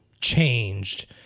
changed